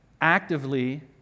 actively